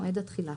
מועד התחילה).